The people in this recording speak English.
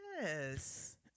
Yes